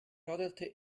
radelte